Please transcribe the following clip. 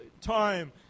time